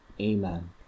Amen